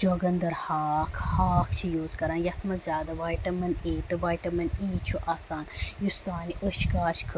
چوگَندر ہاکھ ہاکھ چھِ یوٗز کران یَتھ منٛز زیادٕ وایٹَمِن اے تہٕ وایٹمِن ای چھُ آسان یُس سانہِ أچھ گاش خٲطرٕ چھُ